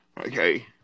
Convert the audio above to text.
Okay